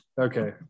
okay